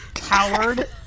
Howard